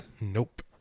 Nope